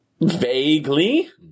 Vaguely